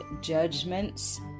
judgments